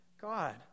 God